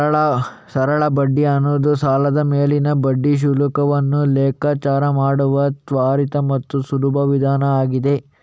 ಸರಳ ಬಡ್ಡಿ ಅನ್ನುದು ಸಾಲದ ಮೇಲಿನ ಬಡ್ಡಿ ಶುಲ್ಕವನ್ನ ಲೆಕ್ಕಾಚಾರ ಮಾಡುವ ತ್ವರಿತ ಮತ್ತು ಸುಲಭ ವಿಧಾನ ಆಗಿದೆ